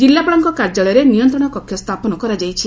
ଜିଲ୍ଲାପାଳଙ୍କ କାର୍ଯ୍ୟାଳୟରେ ନିୟନ୍ତ୍ରଣ କକ୍ଷ ସ୍ଥାପନ କରାଯାଇଛି